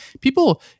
people